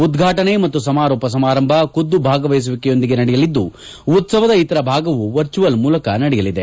ಉದ್ವಾಟನೆ ಮತ್ತು ಸಮಾರೋಪ ಸಮಾರಂಭ ಖುದ್ದು ಭಾಗವಹಿಸುವಿಕೆಯೊಂದಿಗೆ ನಡೆಯಲಿದ್ಲು ಉತ್ಸವದ ಇತರ ಭಾಗವು ವರ್ಚುವಲ್ ಮೂಲಕ ನಡೆಯಲಿದೆ